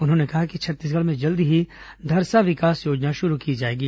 उन्होंने कहा कि छत्तीसगढ़ में जल्द ही धरसा विकास योजना शुरू की जाएगी